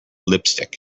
lipstick